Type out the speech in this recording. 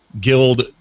guild